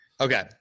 Okay